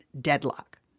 deadlock